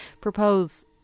propose